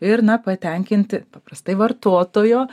ir na patenkinti paprastai vartotojo